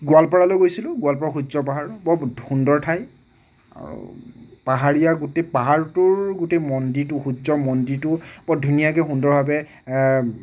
গোৱালপাৰালৈ গৈছিলোঁ গোৱালপাৰাৰ সূৰ্য্য় পাহাৰ বৰ সুন্দৰ ঠাই পাহাৰীয়া গোটেই পাহাৰটোৰ গোটেই মন্দিৰটো সূৰ্য্য় মন্দিৰটো বৰ ধুনীয়াকৈ সুন্দৰভাৱে